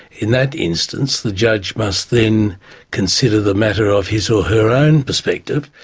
in that instance the judge must then consider the matter of his or her own perspective,